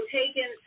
taken